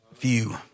view